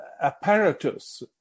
apparatus